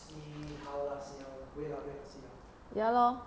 ya lor